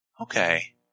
Okay